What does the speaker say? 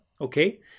okay